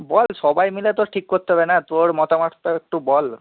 বল সবাই মিলে তো ঠিক করতে হবে না তোর মতামতটাও একটু বল